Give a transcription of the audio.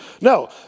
No